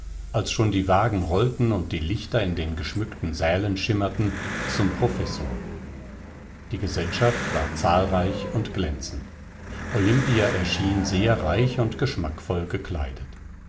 als schon die wagen rollten und die lichter in den geschmückten sälen schimmerten zum professor die gesellschaft war zahlreich und glänzend olimpia erschien sehr reich und geschmackvoll gekleidet